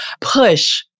push